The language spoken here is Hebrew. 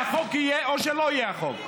או שהחוק יהיה או שלא יהיה החוק.